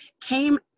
came